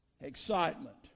Excitement